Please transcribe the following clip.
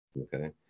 Okay